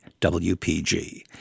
WPG